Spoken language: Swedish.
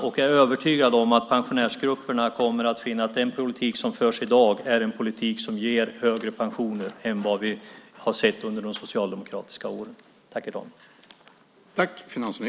Jag är övertygad om att pensionärsgrupperna kommer att finna att den politik som förs i dag är en politik som ger högre pensioner än vad vi har sett under de socialdemokratiska åren.